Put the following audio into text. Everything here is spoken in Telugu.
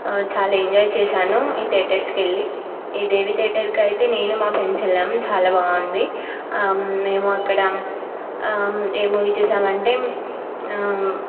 చాలా ఎంజాయ్ చేసాను ఈ థియేటర్స్కెళ్ళి ఈ దేవి థియేటర్కి అయితే నేను నా ఫ్రెండ్స్ వెళ్ళాం చాలా బాగుంది మేము అక్కడ ఏం మూవీ చూసామంటే